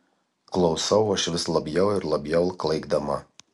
klausau aš vis labiau ir labiau klaikdama